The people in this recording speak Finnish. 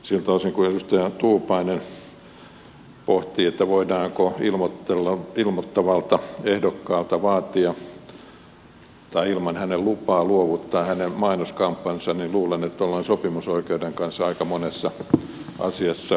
siltä osin kuin edustaja tuupainen pohti voidaanko ilmoittavalta ehdokkaalta vaatia tai ilman hänen lupaansa luovuttaa hänen mainoskampanjansa niin luulen että ollaan sopimusoikeuden kanssa aika monessa asiassa ristissä